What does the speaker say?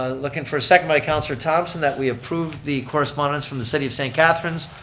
ah looking for a second by councilor thomson that we approve the correspondence from the city of st. catharines.